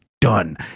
done